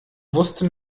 wusste